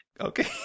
Okay